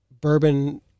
bourbon